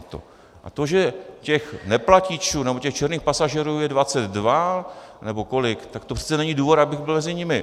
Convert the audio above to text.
A to, že těch neplatičů nebo těch černých pasažérů je 22 nebo kolik, tak to přece není důvod, abych byl mezi nimi.